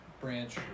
branch